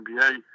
NBA